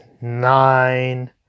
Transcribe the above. nine